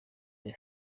des